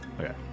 Okay